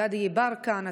גדי יברקן,